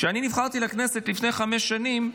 כשאני נבחרתי לכנסת לפני חמש שנים,